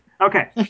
Okay